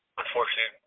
unfortunately